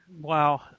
Wow